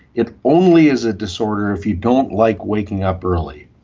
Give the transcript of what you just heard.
it only is a disorder if you don't like waking up early.